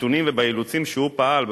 בנתונים ובאילוצים שהוא פעל,